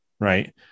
Right